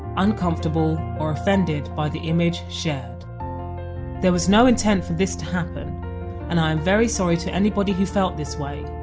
uncomfortable or offended by the image shared there was no intent for this to happen and i am very sorry to anybody who felt this way,